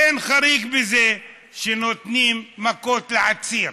אין חריג בזה שנותנים מכות לעציר.